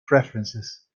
preferences